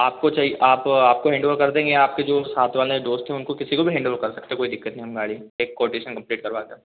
आपको चाहिए आप आपको हैंडओवर कर देंगे या आपके जो साथ वाले दोस्त हैं उनको किसी को भी हैंडओवर कर सकते कोई दिक्कत नहीं हम गाड़ी एक कोटेशन कम्प्लीट कम्प्लीट करवाकर